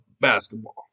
basketball